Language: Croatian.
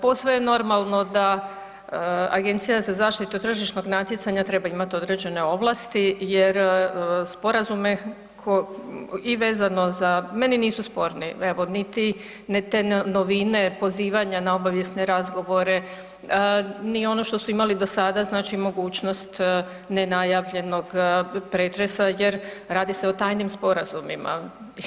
Posve je normalno da Agencija za zaštitu tržišnog natjecanja treba imati određene ovlasti jer sporazume i vezano za, meni nisu sporni evo niti te novine pozivanja na obavijesne razgovore, ni ono što su imali do sada znači mogućnost nenajavljenog pretresa jer radi se o tajnim sporazumima.